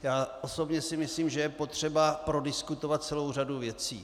Já osobně si myslím, že je potřeba prodiskutovat celou řadu věcí.